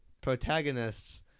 protagonists